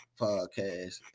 podcast